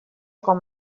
com